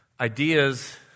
Ideas